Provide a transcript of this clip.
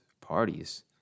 parties